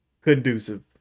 conducive